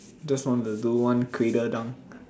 just want to do one cradle dunk